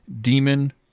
demon